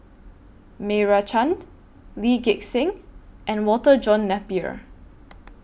Meira Chand Lee Gek Seng and Walter John Napier